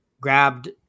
grabbed